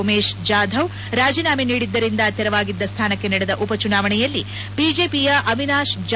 ಉಮೇಶ್ ಜಾಧವ್ ರಾಜೀನಾಮೆ ನೀಡಿದ್ದರಿಂದ ತೆರವಾಗಿದ್ದ ಸ್ಥಾನಕ್ಕೆ ನಡೆದ ಉಪಚುನಾವಣೆಯಲ್ಲಿ ಬಿಜೆಪಿಯ ಅವಿನಾಶ್ ಜಾಧವ್ ಜಯಗಳಿಸಿದ್ದಾರೆ